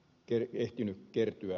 kerke ehtinyt kertyä